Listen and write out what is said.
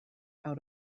out